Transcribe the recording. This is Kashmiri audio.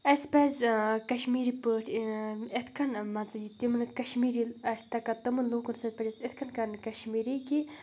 اَسہِ پَزِ کَشمیٖری پٲٹھۍ یِتھ کَنۍ مان ژٕ یہِ تِمَن کشمیٖری آسہِ تَگان تِمَن لوٗکَن سۭتۍ پَزِ اَسہِ یِتھ کٔنۍ کرٕنۍ کشمیٖری کہِ